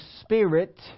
spirit